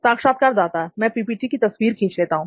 साक्षात्कारदाता मैं पीपीटी की तस्वीर खींच लेता हूं